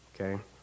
Okay